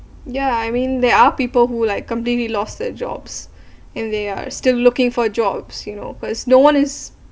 yeah I mean there are people who like completely lost their jobs and they are still looking for jobs you know cause no one is